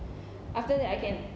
after that I can